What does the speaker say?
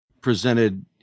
presented